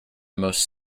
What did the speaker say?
most